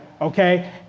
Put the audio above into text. okay